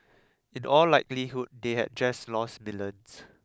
in all likelihood they had just lost millions